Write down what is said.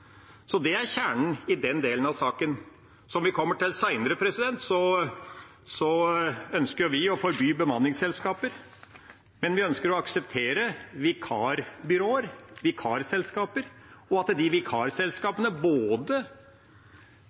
Det er kjernen i den delen av saken. Som vi kommer til senere, ønsker vi å forby bemanningsselskaper, men vi ønsker å akseptere vikarbyråer, vikarselskaper, og at de vikarselskapene både